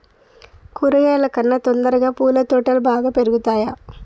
కూరగాయల కన్నా తొందరగా పూల తోటలు బాగా పెరుగుతయా?